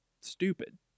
stupid